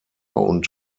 und